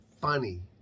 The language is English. funny